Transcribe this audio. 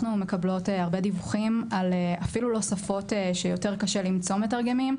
אנחנו מקבלות הרבה דיווחים על אפילו לא שפות שיותר קשה למצוא מתרגמים.